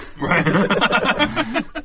Right